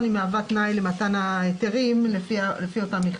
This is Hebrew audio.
מהווה תנאי למתן ההיתרים לפי אותה מכסה,